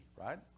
right